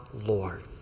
Lord